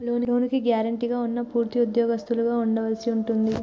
లోనుకి గ్యారెంటీగా ఉన్నా పూర్తి ఉద్యోగస్తులుగా ఉండవలసి ఉంటుంది